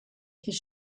his